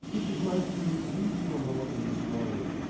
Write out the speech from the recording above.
this is my cue to leave you alone in your glory.